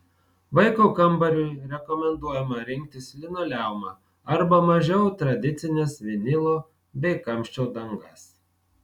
vaiko kambariui rekomenduojama rinktis linoleumą arba mažiau tradicines vinilo bei kamščio dangas